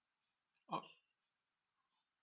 ok